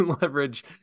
leverage